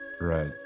right